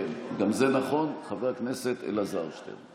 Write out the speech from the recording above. כן, גם זה נכון, חבר הכנסת אלעזר שטרן.